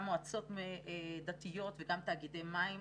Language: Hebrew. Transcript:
גם מועצות דתיות וגם תאגידי מים.